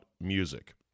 music